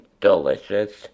delicious